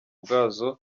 bwazo